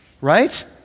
right